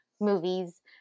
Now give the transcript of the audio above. movies